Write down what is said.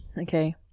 Okay